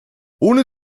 ohne